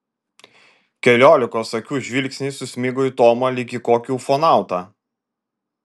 keliolikos akių žvilgsniai susmigo į tomą lyg į kokį ufonautą